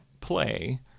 play